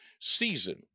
season